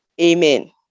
Amen